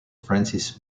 francis